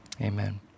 Amen